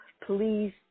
please